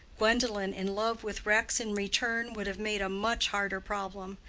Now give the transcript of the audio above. gwendolen in love with rex in return would have made a much harder problem,